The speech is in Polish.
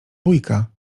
bójka